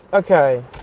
Okay